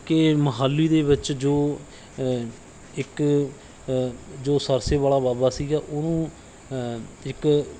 ਕਿ ਮੋਹਾਲੀ ਦੇ ਵਿੱਚ ਜੋ ਇੱਕ ਜੋ ਸਰਸੇ ਵਾਲਾ ਬਾਬਾ ਸੀਗਾ ਉਹਨੂੰ ਇੱਕ